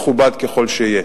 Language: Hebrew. מכובד ככל שיהיה.